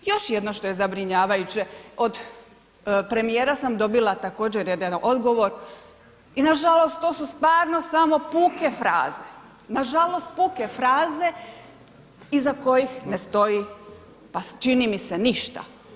Još jedno što je zabrinjavajuće, od premijera sam dobila također jedan odgovor i nažalost to su stvarno samo puke fraze, nažalost puke fraze iza kojih ne stoji pa čini mi se ništa.